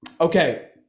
Okay